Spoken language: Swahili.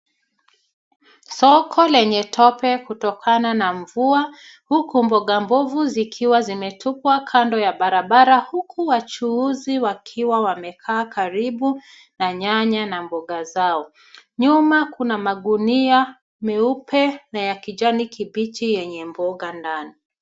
Soko lenye tope kutokana na mvua, huku mboga mbovu zikiwa zimetupwa kando ya barabara huku wachuuzi wakiwa wamekaa karibu na nyanya na mboga zao. Nyuma kuna magunia meupe na ya kijani kibichi yenye mboga ndani.